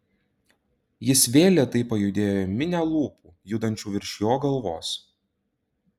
jis vėl lėtai pajudėjo į minią lūpų judančių virš jo galvos